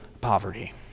poverty